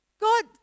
God